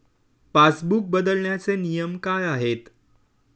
Passbook बदलण्याचे नियम काय आहेत?